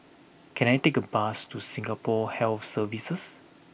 can I take a bus to Singapore Health Services